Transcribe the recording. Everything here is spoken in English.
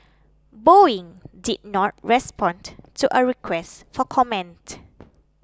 Boeing did not respond to a request for comment